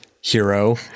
hero